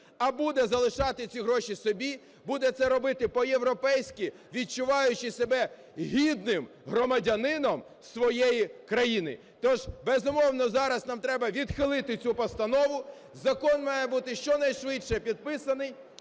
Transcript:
а буде залишати ці гроші собі, буде це робити по-європейськи, відчуваючи себе гідним громадянином своєї країни. Тож, безумовно, зараз нам треба відхилити цю постанову. Закон має бути щонайшвидше підписаний,